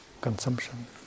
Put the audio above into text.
consumption